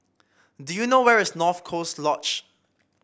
do you know where is North Coast Lodge